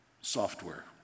software